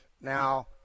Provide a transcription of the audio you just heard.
now